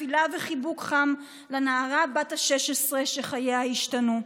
תפילה וחיבוק חם לנערה בת ה־16 שחייה השתנו.